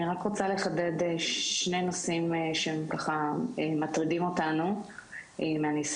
אני רק רוצה לחדד שלושה נושאים שמטרידים אותנו מניסיוננו.